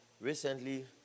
Recently